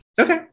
Okay